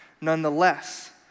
nonetheless